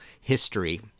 History